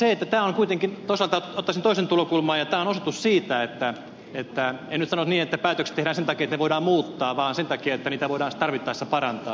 mutta toisaalta ottaisin toisen tulokulman ja tämä on osoitus siitä että en nyt sanoisi niin että päätökset tehdään sen takia että ne voidaan muuttaa vaan sen takia että niitä voidaan tarvittaessa parantaa